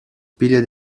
pilha